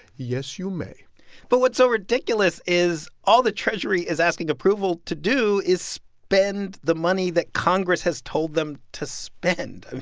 yes, you may but what's so ridiculous is all the treasury is asking approval to do is spend the money that congress has told them to spend.